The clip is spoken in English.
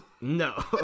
No